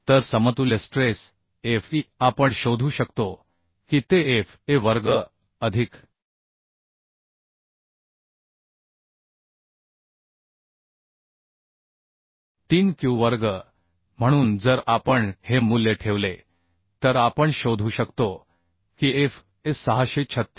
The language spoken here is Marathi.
तर समतुल्य स्ट्रेस fe आपण शोधू शकतो की ते fa वर्ग अधिक 3 क्यू वर्ग म्हणून जर आपण हे मूल्य ठेवले तर आपण शोधू शकतो कीfa 636